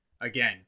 Again